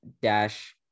dash